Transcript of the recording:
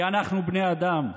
כי אנחנו בני אדם.